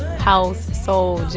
house, soul,